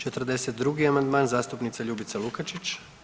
42. amandman zastupnice Ljubice Lukačić.